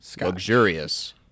luxurious